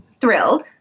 thrilled